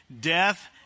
Death